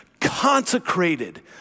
consecrated